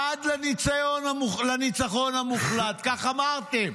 עד לניצחון המוחלט, כך אמרתם,